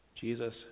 Jesus